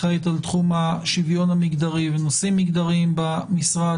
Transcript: אחראית על תחום השוויון המגדרי ונושאים מגדריים במשרד,